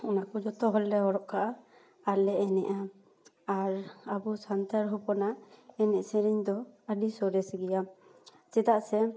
ᱚᱱᱟ ᱠᱚ ᱡᱚᱛᱚ ᱦᱚᱲ ᱞᱮ ᱦᱚᱨᱚᱜ ᱠᱟᱜᱼᱟ ᱟᱨᱞᱮ ᱮᱱᱮᱡᱟ ᱟᱨ ᱟᱵᱚ ᱥᱟᱱᱛᱟᱲ ᱦᱚᱯᱚᱱᱟᱜ ᱮᱱᱮᱡ ᱥᱮᱨᱮᱧ ᱫᱚ ᱟᱹᱰᱤ ᱥᱚᱨᱮᱥ ᱜᱮᱭᱟ ᱪᱮᱫᱟᱜ ᱥᱮ